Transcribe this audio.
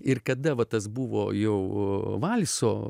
ir kada va tas buvo jau valso